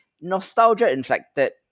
nostalgia-inflected